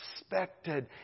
expected